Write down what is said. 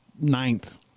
ninth